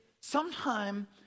sometime